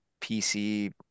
pc